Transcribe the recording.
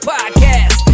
Podcast